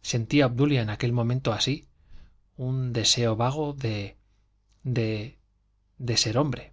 sentía obdulia en aquel momento así un deseo vago de de ser hombre